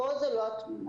פה זאת לא התמונה.